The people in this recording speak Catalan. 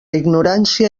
ignorància